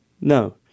no